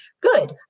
Good